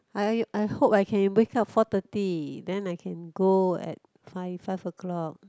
I I hope I can wake up four thirty then I can go at five five o-clock